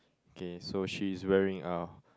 okay so she is wearing a